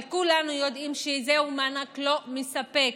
אבל כולנו יודעים שזהו מענק לא מספק,